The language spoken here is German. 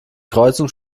kreuzung